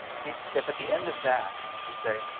if if at the end of that you say,